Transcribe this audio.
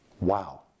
Wow